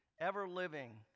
ever-living